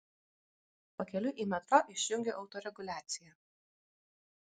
pakeliui į metro išjungiu autoreguliaciją